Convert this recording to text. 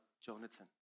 Jonathan